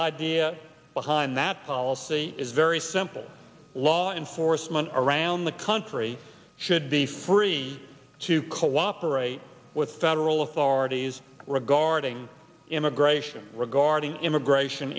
idea behind that policy is very simple law enforcement around the country should be free to cooperate with federal authorities regarding immigration regarding immigration